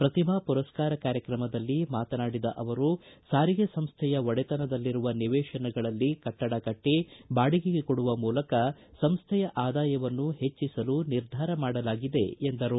ಪ್ರತಿಭಾ ಪುರಸ್ಕಾರ ಕಾರ್ಯತ್ರಮದಲ್ಲಿ ಮಾತನಾಡಿದ ಅವರು ಸಾರಿಗೆ ಸಂಸ್ಥೆಯ ಒಡೆತನದಲ್ಲಿರುವ ನಿವೇತನಗಳಲ್ಲಿ ಕಟ್ಟಡ ಕಟ್ಟ ಬಾಡಿಗೆಗೆ ಕೊಡುವ ಮೂಲಕ ಸಂಸ್ವೆಯ ಆದಾಯವನ್ನು ಹೆಚ್ಚಿಸಲು ನಿರ್ಧಾರ ಮಾಡಲಾಗಿದೆ ಎಂದರು